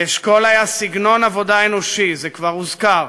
לאשכול היה סגנון עבודה אנושי, זה כבר הוזכר,